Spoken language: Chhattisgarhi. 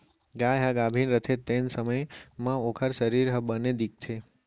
गाय ह गाभिन रथे तेन समे म ओकर सरीर ह बने दिखथे